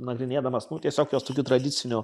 nagrinėdamas tiesiog jos tokiu tradiciniu